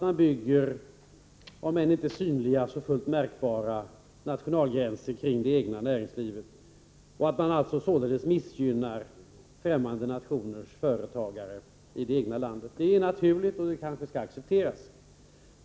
Man bygger, om än inte synliga, så fullt märkbara nationalgränser kring det egna näringslivet och missgynnar således främmande nationers företagare i det egna landet. Det är naturligt, och det kanske skall accepteras.